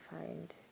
find